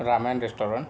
Ramayana restaurant